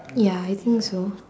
ya I think so